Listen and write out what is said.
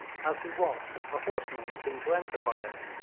as he watched, a horseman was seen to enter by it.